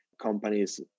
companies